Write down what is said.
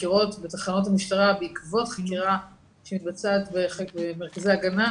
החקירות בתחנות המשטרה בעקבות חקירה שמתבצעת במרכזי ההגנה,